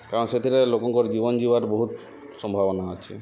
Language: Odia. କାରଣ ସେଥିରେ ଲୋକଙ୍କର୍ ଜୀବନ୍ ଜିବାର୍ ବହୁତ୍ ସମ୍ଭାବନା ଅଛେ